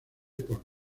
por